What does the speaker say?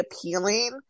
appealing